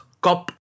kop